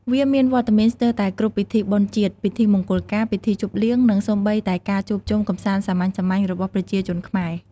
វាមានវត្តមានស្ទើរតែគ្រប់ពិធីបុណ្យជាតិ ពិធីមង្គលការ ពិធីជប់លៀង និងសូម្បីតែការជួបជុំកម្សាន្តសាមញ្ញៗរបស់ប្រជាជនខ្មែរ។